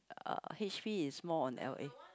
uh H_P is more on L_A